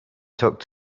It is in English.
took